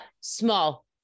small